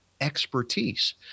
expertise